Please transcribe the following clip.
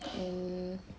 um